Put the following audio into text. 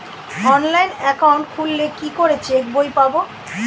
Online account খুললে কি করে চেক বই পাব?